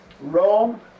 Rome